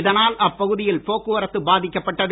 இதனால் அப்பகுதியில் போக்குவரத்து பாதிக்கப்பட்டது